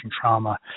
trauma